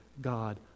God